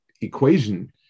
equation